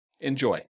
Enjoy